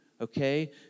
okay